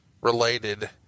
related